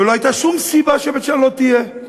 ולא הייתה שום סיבה שבית-שאן לא תהיה.